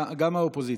גם האופוזיציה.